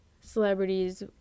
celebrities